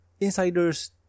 Insiders